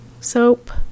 soap